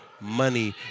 Money